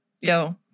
yo